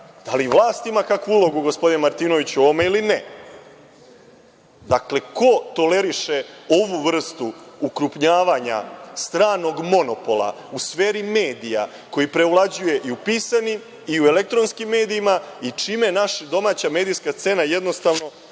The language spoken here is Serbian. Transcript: Da li vlast ima kakvu ulogu, gospodine Martinoviću u ovome ili ne? Ko toleriše ovu vrstu ukrupnjavanja stranog monopola u sferi medija koji preovlađuje i u pisanim i u elektronskim medijima i čime naša domaća medijska scena jednostavno